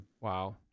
Wow